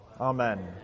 amen